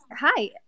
Hi